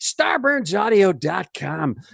StarburnsAudio.com